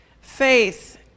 Faith